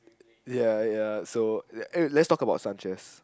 ya ya so eh let's talk about Sanchez